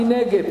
מי נגד?